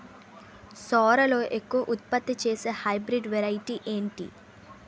సోరలో ఎక్కువ ఉత్పత్తిని ఇచే హైబ్రిడ్ వెరైటీ ఏంటి?